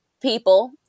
people